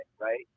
right